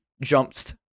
jumps